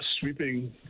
sweeping